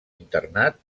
internat